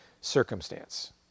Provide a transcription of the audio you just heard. circumstance